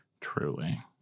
Truly